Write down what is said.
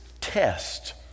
test